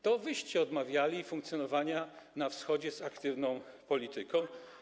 To wyście odmawiali funkcjonowania na Wschodzie z aktywną polityką.